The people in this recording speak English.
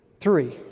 three